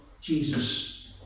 Jesus